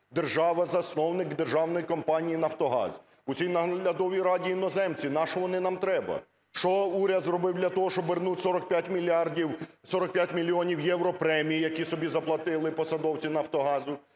Держава – засновник державної компанії "Нафтогаз". У цій наглядовій раді іноземці. Нащо вони нам треба? Що уряд зробив для того, щоб вернуть 45 мільярдів, 45 мільйонів євро премій, які собі заплатили посадовці "Нафтогазу"?